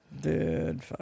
Dude